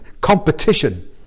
Competition